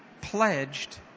pledged